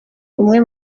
umwe